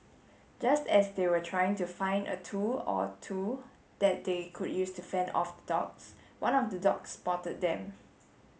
just as they were trying to find a tool or two that they could use to fend off the dogs one of the dogs spotted them